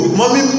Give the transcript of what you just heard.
mommy